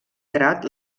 grat